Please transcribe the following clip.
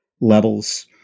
levels